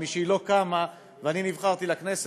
ומשהיא לא קמה ואני נבחרתי לכנסת,